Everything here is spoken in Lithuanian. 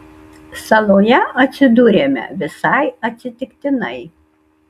saloje atsidūrėme visai atsitiktinai